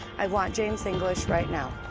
i want james english right now.